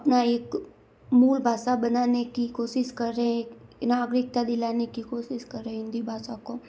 अपना एक मूल भाषा बनाने की कोशिश कर रहे हैं एक नागरिकता दिलाने की कोशिश कर रहे हैं हिन्दी भाषा को